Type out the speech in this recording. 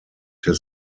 his